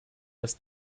das